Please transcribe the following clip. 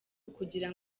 ukugira